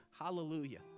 hallelujah